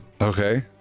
Okay